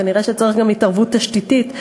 כנראה צריך גם התערבות תשתיתית,